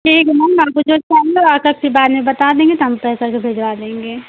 ठीक है मैम आपको जो बारे मे बता देंगे तो हम तय करके भिजवा देंगे